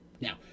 Now